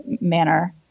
manner